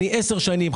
אני עשר שנים,